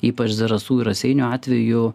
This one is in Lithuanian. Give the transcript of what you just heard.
ypač zarasų ir raseinių atveju